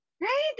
right